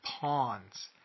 pawns